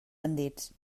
bandits